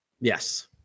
Yes